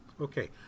Okay